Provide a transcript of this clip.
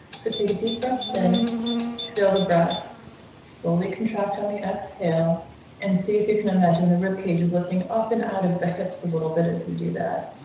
so take a deep breath, then feel the breath slowly contract on the exhale and see if you can imagine the rib cage is lifting up and out of the hips a little bit as you and do that.